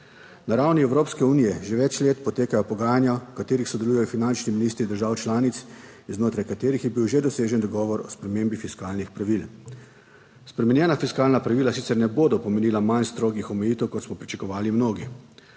Na ravni Evropske unije že več let potekajo pogajanja, v katerih sodelujejo finančni ministri držav članic in znotraj katerih je bil že dosežen dogovor o spremembi fiskalnih pravil. Spremenjena fiskalna pravila sicer ne bodo pomenila manj strogih omejitev, kot smo pričakovali mnogi.